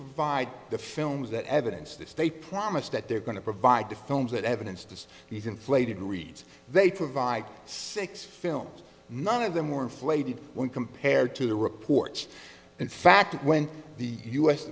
provide the films that evidence this they promised that they're going to provide to films that evidence to be conflated reads they provide six films none of them were inflated when compared to the reports in fact when the u